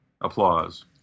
applause